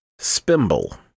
Spimble